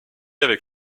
avec